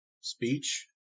speech